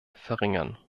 verringern